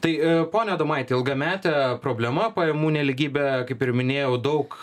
tai pone adomaiti ilgametė problema pajamų nelygybė kaip ir minėjau daug